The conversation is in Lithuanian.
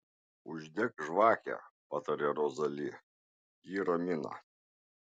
uždek žvakę pataria rozali ji ramina